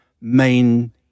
main